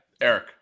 eric